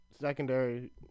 Secondary